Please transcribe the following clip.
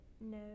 no